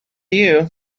you